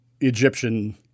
Egyptian